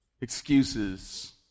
excuses